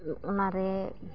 ᱚᱱᱟᱨᱮ